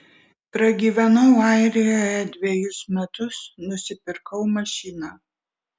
pragyvenau airijoje dvejus metus nusipirkau mašiną